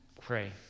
pray